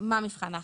מה מבחן ההכנסה,